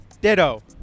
Ditto